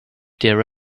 their